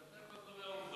ואתה כבר קובע עובדות.